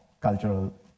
cultural